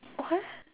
what